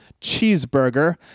Cheeseburger